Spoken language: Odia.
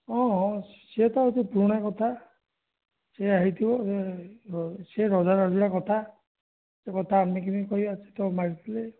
ହଁ ହଁ ସିଏ ତ ହେଉଛି ପୁରୁଣା କଥା ସେୟା ହୋଇଥିବ ସେ ରଜା ରାଜୁଡ଼ା କଥା ସେକଥା ଆମେ କେମିତି କହିବା ସେ ତ ମାରିଥିଲେ